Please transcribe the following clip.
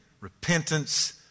repentance